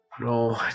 No